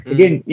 Again